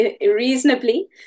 reasonably